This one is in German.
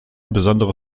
besondere